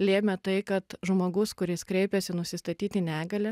lėmė tai kad žmogus kuris kreipiasi nusistatyti negalią